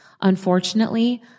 Unfortunately